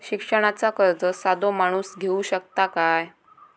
शिक्षणाचा कर्ज साधो माणूस घेऊ शकता काय?